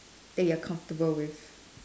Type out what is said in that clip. that you're comfortable with